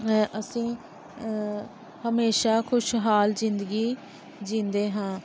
ਅਸੀਂ ਹਮੇਸ਼ਾ ਖੁਸ਼ਹਾਲ ਜ਼ਿੰਦਗੀ ਜਿਉਂਦੇ ਹਾਂ